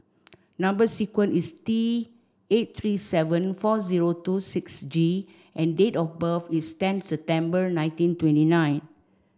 number sequence is T eight three seven four zero two six G and date of birth is tenth September nineteen twenty nine